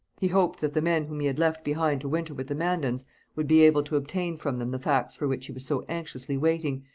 he hoped that the men whom he had left behind to winter with the mandans would be able to obtain from them the facts for which he was so anxiously waiting,